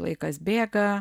laikas bėga